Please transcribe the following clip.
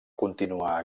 continuar